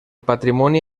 patrimoni